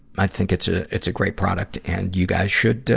i think it's a, it's a great product and you guys should, ah,